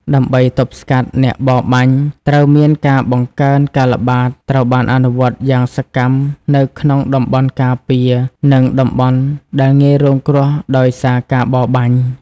ដើម្បីទប់ស្កាត់អ្នកបរបាញ់ ត្រូវមានការបង្កើនការល្បាត ត្រូវបានអនុវត្តយ៉ាងសកម្មនៅក្នុងតំបន់ការពារ និងតំបន់ដែលងាយរងគ្រោះដោយសារការបរបាញ់។